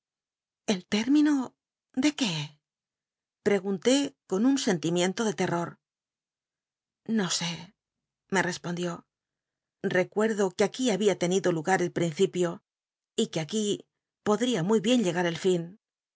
el lél'mino de qué pregunté con un sentimien to de tcl'l'oi no sé me respondió recuerdo que aquí húbia tenido lug u el pincipio y que aqu í podl'ia muy bien llegar el fin